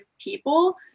people